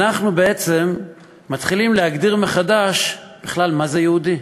אנחנו בעצם מתחילים להגדיר מחדש בכלל: מה זה יהודי?